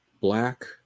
black